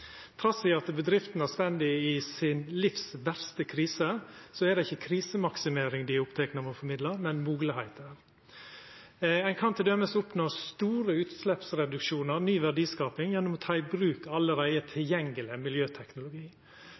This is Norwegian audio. at bedriftene står i sitt livs verste krise, er det ikkje krisemaksimering dei er opptekne av å formidla, men moglegheiter. Ein kan t.d. oppnå store utsleppsreduksjonar, ny verdiskaping, gjennom å ta i bruk allereie tilgjengeleg miljøteknologi.